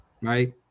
right